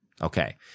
Okay